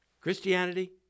Christianity